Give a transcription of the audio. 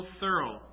thorough